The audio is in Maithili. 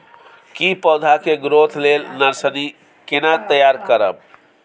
की पौधा के ग्रोथ लेल नर्सरी केना तैयार करब?